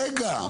רגע,